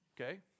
Okay